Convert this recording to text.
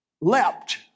leapt